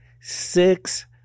six